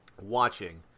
watching